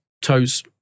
Toes